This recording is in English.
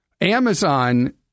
Amazon